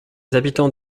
habitants